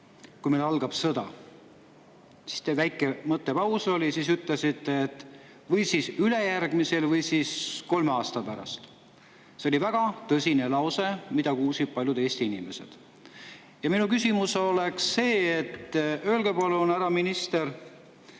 kui meil algab sõda … Siis oli väike mõttepaus ja siis te ütlesite: "Või siis ülejärgmisel või siis kolme aasta pärast." See oli väga tõsine lause, mida kuulsid paljud Eesti inimesed. Minu küsimus oleks see. Öelge palun, härra minister,